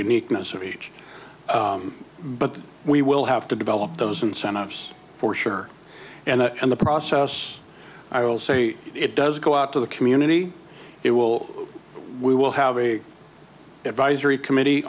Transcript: uniqueness of each but we will have to develop those incentives for sure and and the process i will say it does go out to the community it will we will have a advisory committee